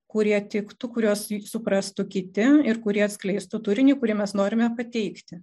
kurie tiktų kuriuos suprastų kiti ir kurie atskleistų turinį kurį mes norime pateikti